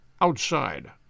outside